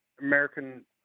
American